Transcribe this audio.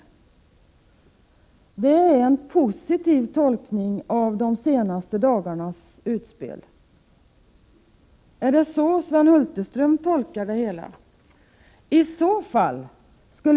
Det är en positiv tolkning av de senaste dagarnas utspel. Är det så Sven Hulterström tolkar det hela?